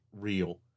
real